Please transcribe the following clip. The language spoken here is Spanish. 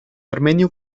armenio